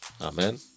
Amen